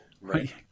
Right